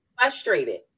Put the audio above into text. frustrated